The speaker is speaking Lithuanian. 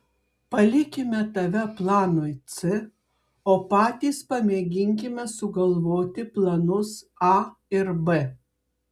palikime tave planui c o patys pamėginkime sugalvoti planus a ir b